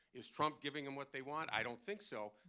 is trump giving them what they want? i don't think so.